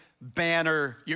banner